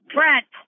Brent